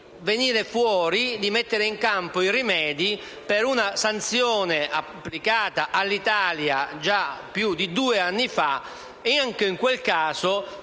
venirne fuori, mettendo in campo i rimedi per una sanzione applicata già più di due anni fa, e anche in quel caso